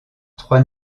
trois